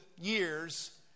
years